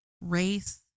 race